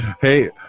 Hey